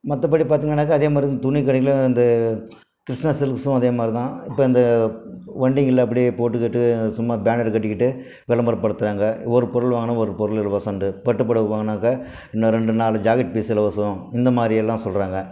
மற்றபடி பார்த்தீங்கன்னாக்கா அதே மாதிரிதான் துணிக்கடைங்களும் அந்த கிருஷ்ணா சில்க்ஸும் அதே மாதிரிதான் இப்போ அந்த வண்டிங்களில் அப்படியே போட்டுகிட்டு சும்மா பேனர் கட்டிகிட்டு விளம்பரப்படுத்தறாங்க ஒரு பொருள் வாங்கினா ஒரு பொருள் இலவசம்ன்டு பட்டுப்புடவை வாங்கினாக்கா இன்னும் ரெண்டு நாலு ஜாக்கெட் பீஸ் இலவசம் இந்த மாரியெல்லாம் சொல்கிறாங்க